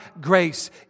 grace